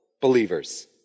believers